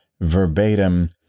verbatim